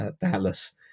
Dallas